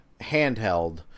handheld